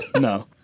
no